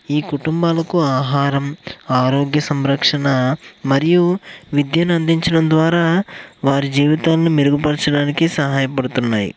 ఈ కుటుంబాలకు ఆహారం ఆరోగ్య సంరక్షణ మరియు విద్యను అందించడం ద్వారా వారి జీవితాలను మెరుగుపరచడానికి సహాయపడుతున్నాయి